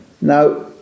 now